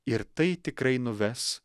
ir tai tikrai nuves